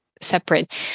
separate